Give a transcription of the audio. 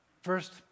first